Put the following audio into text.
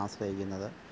ആശ്രയിക്കുന്നത്